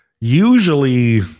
Usually